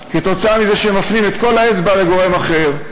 כתוצאה מזה שהם מפנים את כל האצבעות לגורם אחר.